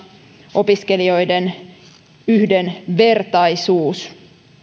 opiskelijoiden yhdenvertaisuus